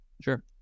Sure